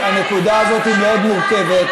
הנקודה הזאת מאוד מורכבת,